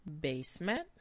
basement